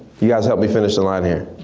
you guys help me finish the line here.